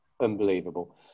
unbelievable